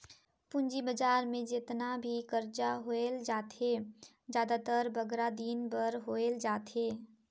पूंजी बजार में जेतना भी करजा लेहल जाथे, जादातर बगरा दिन बर लेहल जाथे